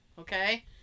okay